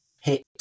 hit